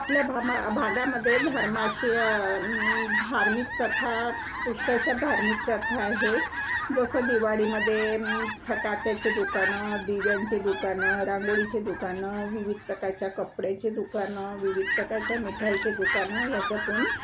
आपल्या भामा भागामध्ये धर्माशी धार्मिक प्रथा पुष्कळशा धार्मिक प्रथा आहेत जसं दिवाळीमध्ये फटाक्याचे दुकानं दिव्यांचे दुकानं रांगोळीचे दुकानं विविध प्रकारच्या कपड्याचे दुकानं विविध प्रकारच्या मिठाईचे दुकानं याच्यातून